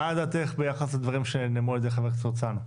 מה עמדת הרשות ביחס לדברים שנאמרו על ידי חבר הכנסת הרצנו?